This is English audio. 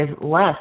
less